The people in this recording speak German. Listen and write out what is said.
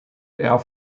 air